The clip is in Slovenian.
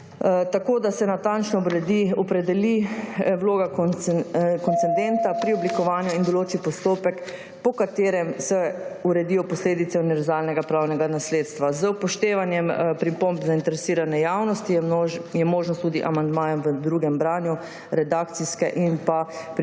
tako, da se natančno opredeli vloga koncedenta pri oblikovanju in določi postopek, po katerem se uredijo posledice univerzalnega pravnega nasledstva. Z upoštevanjem pripomb zainteresirane javnosti je tudi možnost amandmajev v drugem branju, redakcijske in